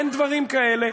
אין דברים כאלה,